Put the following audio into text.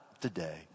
today